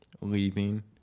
leaving